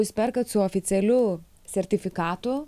jūs perkat su oficialiu sertifikatu